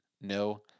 no